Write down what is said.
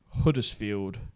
Huddersfield